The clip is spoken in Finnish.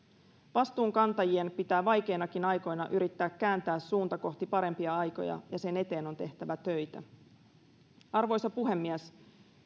vastuunkantajien pitää vaikeinakin aikoina yrittää kääntää suunta kohti parempia aikoja ja sen eteen on tehtävä töitä arvoisa puhemies